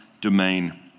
domain